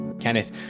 Kenneth